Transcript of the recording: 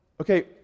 okay